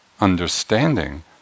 understanding